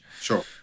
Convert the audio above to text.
Sure